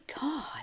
God